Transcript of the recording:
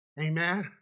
Amen